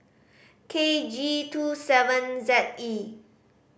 K G Two seven Z E